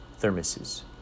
thermoses